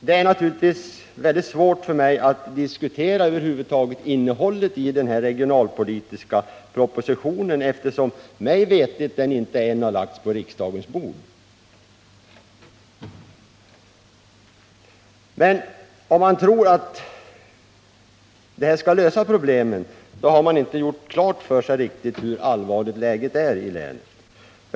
Det är naturligtvis mycket svårt för mig att över huvud taget diskutera innehållet i den regionalpolitiska propositionen, eftersom den mig veterligen ännu inte har lagts på riksdagens bord. Men om man tror att den skall lösa problemen, har man inte gjort klart för sig hur allvarligt läget är i länet.